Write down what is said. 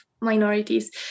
minorities